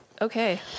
okay